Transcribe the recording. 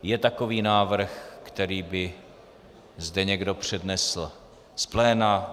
Je takový návrh, který by zde někdo přednesl z pléna?